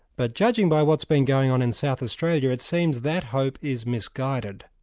but judging by what's been going on in south australia, it seems that hope is misguided.